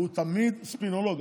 הוא תמיד ספינולוג.